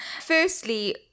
Firstly